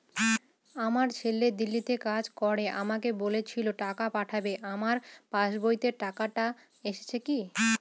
আমার ছেলে দিল্লীতে কাজ করে আমাকে বলেছিল টাকা পাঠাবে আমার পাসবইতে টাকাটা এসেছে কি?